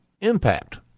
Impact